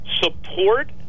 support